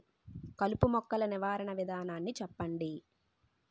కలుపు మొక్కలు నివారణ విధానాన్ని చెప్పండి?